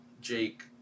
Jake